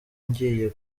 ngiye